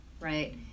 right